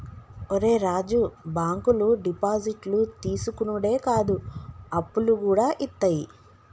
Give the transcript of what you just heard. ఒరే రాజూ, బాంకులు డిపాజిట్లు తీసుకునుడే కాదు, అప్పులుగూడ ఇత్తయి